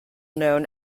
known